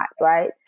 right